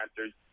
answers